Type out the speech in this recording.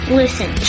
listen